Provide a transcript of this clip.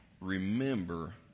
Remember